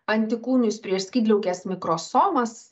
antikūnius prieš skydliaukės mikrosomas